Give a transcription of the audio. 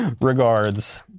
regards